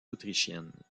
autrichienne